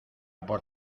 por